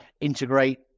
integrate